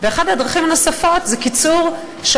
ואחת הדרכים הנוספות היא קיצור מספר